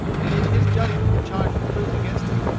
and in his judgment the charge was proved against him,